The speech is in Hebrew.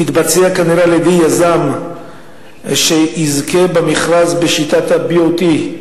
תתבצע כנראה על-ידי יזם שיזכה במכרז בשיטת ה-BOT,